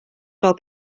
fel